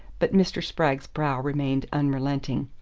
but mr. spragg's brow remained unrelenting.